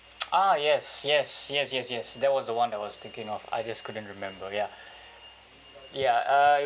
ah yes yes yes yes yes that was the one I was thinking of I just couldn't remember ya ya I